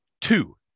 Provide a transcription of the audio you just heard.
two